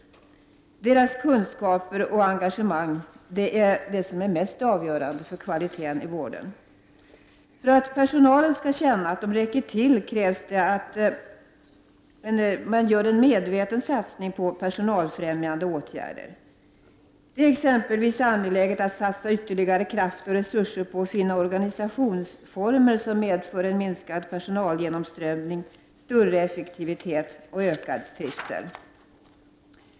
Dess kunskaper och engagemang är avgörande för vårdkvaliteten. För att personalen skall känna att den räcker till krävs en medveten satsning på personalfrämjande åtgärder. Exempelvis är det angeläget att satsa ytterligare kraft och resurser på att finna organisationsformer som medför minskad personalgenomströmning, större effektivitet och ökad trivsel.